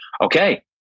okay